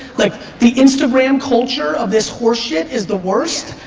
like the instagram culture of this horse shit is the worst.